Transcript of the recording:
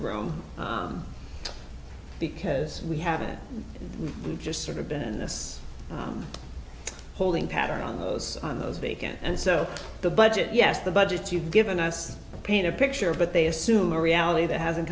room because we haven't just sort of been in this holding pattern on those on those vacant and so the budget yes the budgets you've given us paint a picture but they assume a reality that hasn't